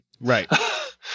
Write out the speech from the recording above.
Right